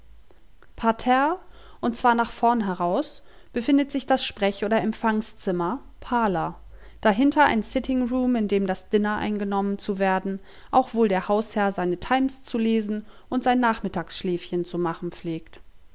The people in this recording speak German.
parterre und zwar nach vorn heraus befindet sich das sprech oder empfangzimmer parlour dahinter ein sitting room in dem das diner eingenommen zu werden auch wohl der hausherr seine times zu lesen und sein nachmittagsschläfchen zu machen pflegt